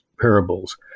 parables